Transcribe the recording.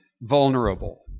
vulnerable